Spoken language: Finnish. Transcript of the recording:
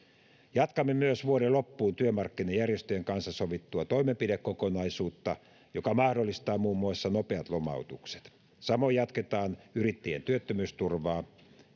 jatkamme myös vuoden loppuun työmarkkinajärjestöjen kanssa sovittua toimenpidekokonaisuutta joka mahdollistaa muun muassa nopeat lomautukset samoin jatketaan yrittäjien työttömyysturvaa